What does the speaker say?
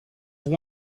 have